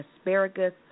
asparagus